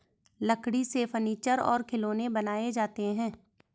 लकड़ी से फर्नीचर और खिलौनें बनाये जाते हैं